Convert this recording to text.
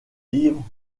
livres